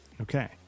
okay